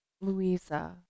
Louisa